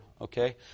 okay